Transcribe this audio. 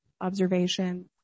Observation